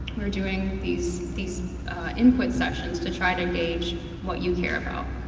we're doing these these input sessions to try to gage what you hear about.